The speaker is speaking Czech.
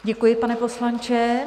Děkuji, pane poslanče.